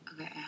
Okay